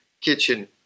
kitchen